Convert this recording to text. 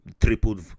tripled